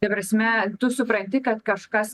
ta prasme tu supranti kad kažkas